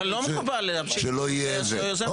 אבל לא מקובל להמשיך בלי יוזם החוק.